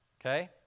Okay